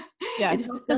Yes